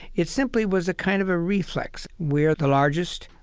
it simply was a kind of a reflex we're the largest.